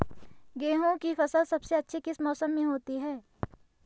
गेहूँ की फसल सबसे अच्छी किस मौसम में होती है